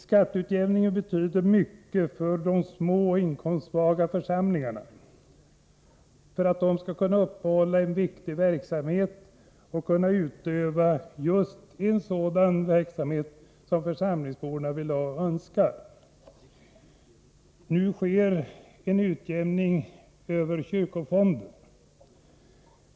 Skatteutjämningen betyder mycket för att de små och inkomstsvaga församlingarna skall kunna upprätthålla viktig verksamhet och kunna utöva just sådan verksamhet som församlingsborna önskar. Nu sker en utjämning över kyrkofonden.